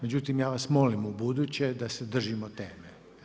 Međutim, ja vas molim u buduće da se držimo teme.